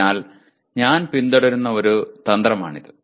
അതിനാൽ ഞാൻ പിന്തുടരുന്ന ഒരു തന്ത്രമാണിത്